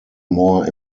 more